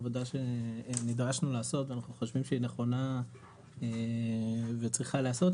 עבודה שנדרשנו לעשות ואנחנו חושבים שהיא נכונה וצריכה להיעשות,